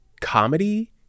comedy